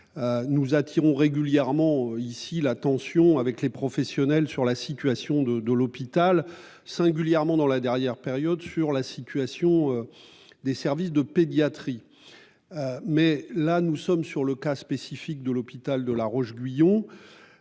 Nous attirons régulièrement ici la tension avec les professionnels sur la situation de de l'hôpital singulièrement dans la dernière période sur la situation. Des services de pédiatrie. Mais là nous sommes sur le cas spécifique de l'hôpital de La Roche-Guyon.